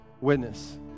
witness